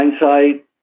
hindsight